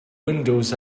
windows